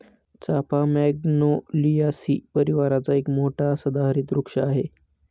चाफा मॅग्नोलियासी परिवाराचा एक मोठा सदाहरित वृक्ष आहे